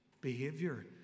behavior